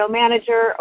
manager